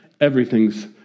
everything's